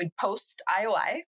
post-IOI